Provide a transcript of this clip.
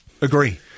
Agree